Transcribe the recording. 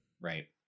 right